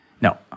No